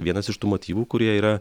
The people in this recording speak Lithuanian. vienas iš tų motyvų kurie yra